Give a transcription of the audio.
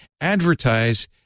advertise